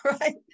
right